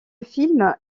film